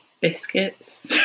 biscuits